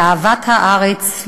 לאהבת הארץ,